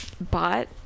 bought